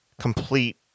complete